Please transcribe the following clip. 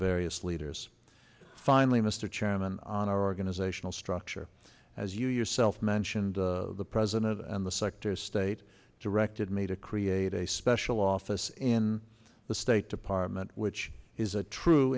various leaders finally mr chairman on organizational structure as you yourself mentioned the president and the sector state directed me to create a special office in the state department which is a true